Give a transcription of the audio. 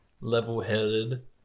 level-headed